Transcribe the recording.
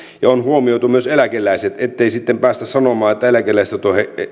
ja on huomioitu myös eläkeläiset ettei sitten päästä sanomaan että eläkeläiset on